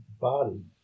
body